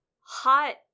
hot